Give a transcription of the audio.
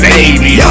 Baby